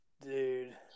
dude